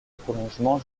prolongement